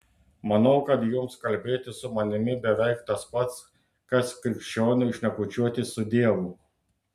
manau kad jums kalbėtis su manimi beveik tas pats kas krikščioniui šnekučiuotis su dievu